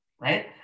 right